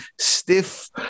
stiff